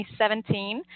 2017